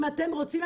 אם אתם רוצים,